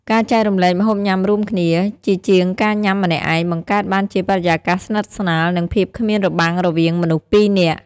ការចែករំលែកម្ហូបញ៉ាំរួមគ្នា ជាជាងការញ៉ាំម្នាក់ឯង បង្កើតបានជាបរិយាកាសស្និទ្ធស្នាល និងភាពគ្មានរបាំងរវាងមនុស្សពីរនាក់។